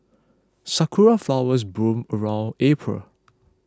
sakura flowers bloom around April